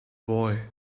boy